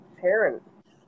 parents